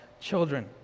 children